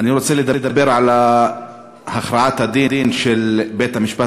אני רוצה לדבר על הכרעת הדין של בית-המשפט